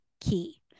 key